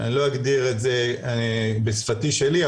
אני לא אגדיר את זה בשפתי שלי,